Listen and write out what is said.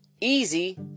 easy